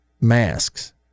masks